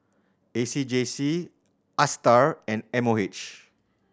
A C J C Astar and M O H